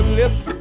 lips